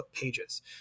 pages